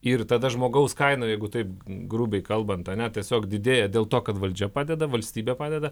ir tada žmogaus kaina jeigu taip grubiai kalbant ane tiesiog didėja dėl to kad valdžia padeda valstybė padeda